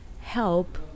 help